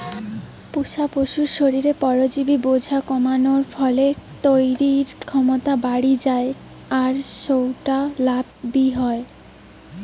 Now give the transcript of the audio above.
পুশা পশুর শরীরে পরজীবি বোঝা কমানার ফলে তইরির ক্ষমতা বাড়ি যায় আর সউটা লাভ বি হয়